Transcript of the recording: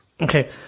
Okay